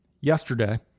yesterday